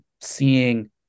seeing